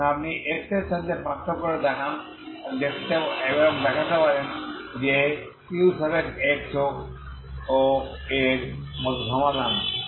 এখন আপনি x এর সাথে পার্থক্য করে দেখান এবং আপনি দেখাতে পারেন যে uxও এর মতো সমাধান